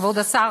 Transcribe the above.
כבוד השר,